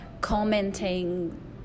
commenting